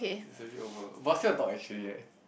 it's already over but I still want to talk actually eh